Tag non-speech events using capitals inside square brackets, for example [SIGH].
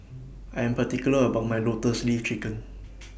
I'm particular about My Lotus Leaf Chicken [NOISE]